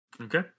Okay